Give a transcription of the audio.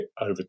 over